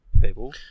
people